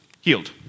Healed